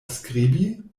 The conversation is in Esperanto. skribi